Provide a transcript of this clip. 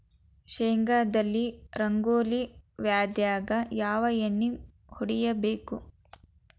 ಶೇಂಗಾದಲ್ಲಿ ರಂಗೋಲಿ ವ್ಯಾಧಿಗೆ ಯಾವ ಎಣ್ಣಿ ಹೊಡಿಬೇಕು?